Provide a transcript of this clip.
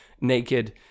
naked